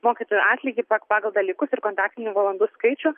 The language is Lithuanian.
mokytojų atlygį pagal dalykus ir kontaktinių valandų skaičių